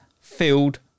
filled